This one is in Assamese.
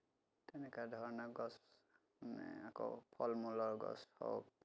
তেনেকুৱা ধৰণৰ গছ মানে আকৌ ফল মূলৰ গছ হওক